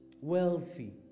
Wealthy